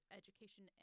education